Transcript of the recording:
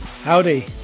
Howdy